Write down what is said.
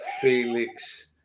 Felix